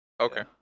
Okay